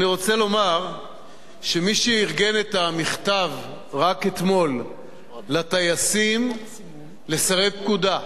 אני רוצה לומר שמי שארגן את המכתב רק אתמול לטייסים לסרב פקודה,